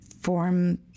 form